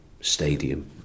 stadium